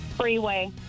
freeway